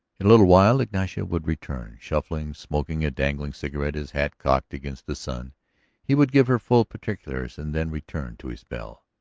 in a little while ignacio would return, shuffling, smoking a dangling cigarette, his hat cocked against the sun he would give her full particulars and then return to his bell.